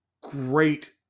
great